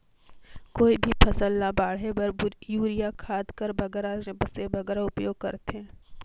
कोई भी फसल ल बाढ़े बर युरिया खाद कर बगरा से बगरा उपयोग कर थें?